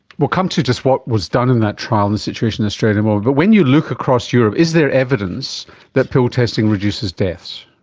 we'll come to just what was done in that trial and the situation in australia more, but when you look across europe, is there evidence that pill testing reduces deaths?